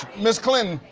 ms. clinton,